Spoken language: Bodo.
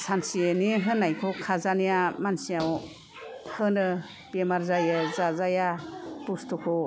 सानसेनि होनायखौ खाजानाया मानसिनाव होनो बेमार जायो जाजाया बुस्थुखौ